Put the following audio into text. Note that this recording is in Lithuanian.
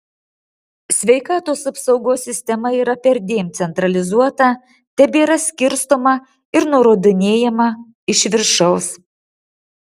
sveikatos apsaugos sistema yra perdėm centralizuota tebėra skirstoma ir nurodinėjama iš viršaus